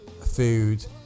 food